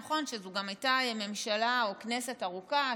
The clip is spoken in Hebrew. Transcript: נכון שזו גם הייתה ממשלה או כנסת ארוכה,